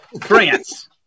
France